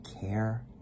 care